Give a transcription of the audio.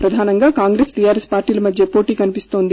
ప్రధానంగా Congress T R S పార్టీల మధ్య పోటీ కనిపిస్తోంది